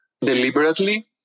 deliberately